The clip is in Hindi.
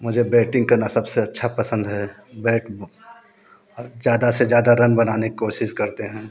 मुझे बैटिंग करना सबसे अच्छा पसंद है बैट ज़्यादा से ज़्यादा रन बनाने की कोशिश करते हैं